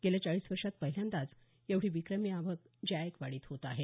गेल्या चाळीस वर्षात पहिल्यांदाच एवढी विक्रमी आवक जायकवाडीत होत आहे